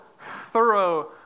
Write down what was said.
thorough